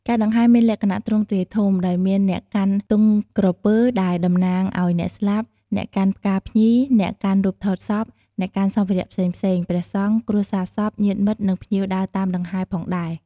ការដង្ហែរមានលក្ខណៈទ្រង់ទ្រាយធំ ដោយមានអ្នកកាន់ទង់ក្រពើ ដែលតំណាងឲ្យអ្នកស្លាប់ អ្នកកាន់ផ្កាភ្ញី អ្នកកាន់រូបថតសព អ្នកកាន់សម្ភារៈផ្សេងៗ ព្រះសង្ឃ គ្រួសារសព ញាតិមិត្ត និងភ្ញៀវដើរតាមដង្ហែរផងដែរ។